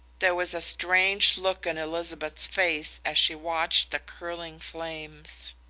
there was a strange look in elizabeth's face as she watched the curling flames.